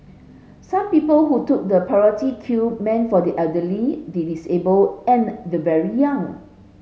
some people who took the priority queue meant for the elderly the disabled and the very young